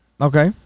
Okay